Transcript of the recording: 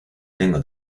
tengo